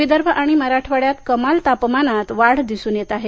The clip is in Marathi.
विदर्भ आणि मराठवाड्यात कमाल तापमानात वाढ दिसून येत आहे